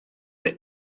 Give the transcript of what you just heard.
the